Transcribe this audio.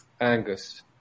Angus